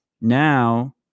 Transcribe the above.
now